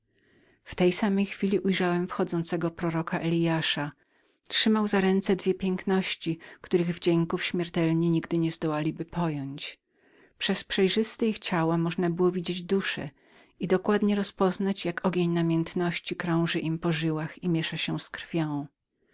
w tej samej chwili ujrzałem wchodzącego proroka eliasza i trzymającego za ręce dwie piękności których wdzięków śmiertelni nigdy pojąć nie mogą przez przejrzyste ich ciała można było widzieć dusze i dokładnie rozpoznać jak ogień namiętności krążył im po żyłach i mieszał się z krwią